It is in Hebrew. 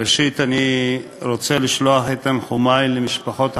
ראשית, אני רוצה לשלוח את תנחומי למשפחות החללים,